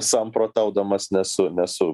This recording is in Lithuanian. samprotaudamas nesu nesu